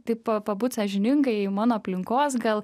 taip pabūt sąžiningai mano aplinkos gal